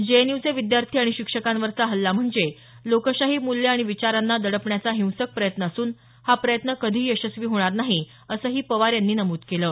जेएनयूचे विद्यार्थी आणि शिक्षकांवरचा हल्ला म्हणजे लोकशाही मूल्य आणि विचारांना दडपण्याचा हिंसक प्रयत्न असून हा प्रयत्न कधीही यशस्वी होणार नाही असंही पवार यांनी नमूद केलं आहे